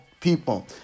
people